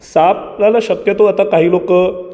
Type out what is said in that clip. साप पल्याला शक्यतो आता काही लोक